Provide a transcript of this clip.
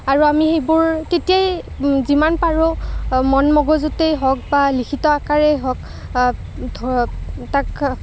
আৰু আমি সেইবোৰ তেতিয়াই যিমান পাৰোঁ মন মগজুতে হওক বা লিখিত আকাৰেই হওক ধৰক তাক